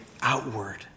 outward